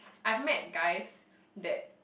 I've met guys that